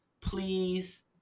please